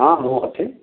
ହଁ ମୁଁ ଅଛି